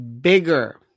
Bigger